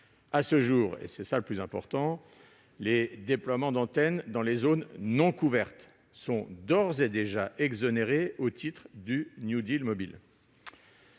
À ce jour, et c'est cela le plus important, les déploiements d'antennes dans les zones non couvertes sont d'ores et déjà exonérés au titre du mobile.